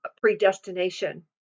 predestination